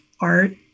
art